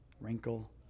wrinkle